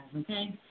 okay